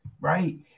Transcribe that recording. right